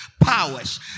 powers